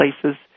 places